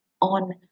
on